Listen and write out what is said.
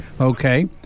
Okay